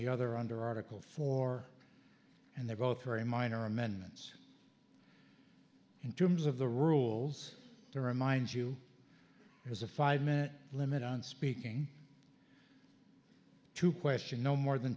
the other under article four and they're both very minor amendments in terms of the rules to remind you it was a five minute limit on speaking to question no more than